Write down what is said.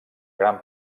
gran